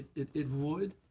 it. it would,